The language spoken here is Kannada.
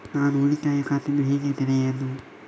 ನಾನು ಉಳಿತಾಯ ಖಾತೆಯನ್ನು ಹೇಗೆ ತೆರೆಯುದು?